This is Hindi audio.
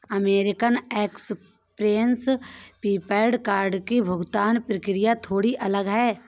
अमेरिकन एक्सप्रेस प्रीपेड कार्ड की भुगतान प्रक्रिया थोड़ी अलग है